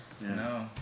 No